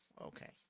Okay